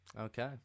Okay